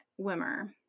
Wimmer